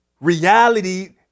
reality